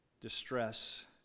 Distress